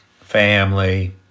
family